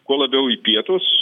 kuo labiau į pietus